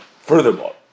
furthermore